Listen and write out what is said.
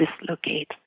dislocate